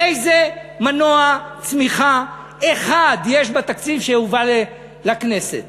איזה מנוע צמיחה אחד יש בתקציב שהובא לכנסת